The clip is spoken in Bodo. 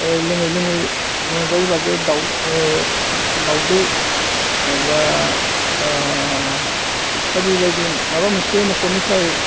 लोङै लोङै रंजायै बाजायै दाउ दावदै बा बायदि बायदि माबा मोनसे न'खरनिफ्राय